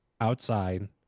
outside